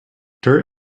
dirt